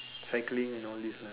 cycling and all these lah